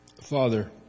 Father